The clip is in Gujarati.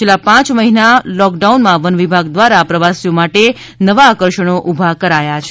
છેલ્લા પાંચ મહિના લોકડાઉનમાં વનવિભાગ દ્વારા પ્રવાસીઓ માટે નવા આકર્ષણો ઉભા કરાયા છે